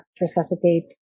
resuscitate